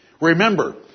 Remember